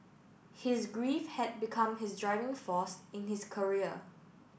his grief had become his driving force in his career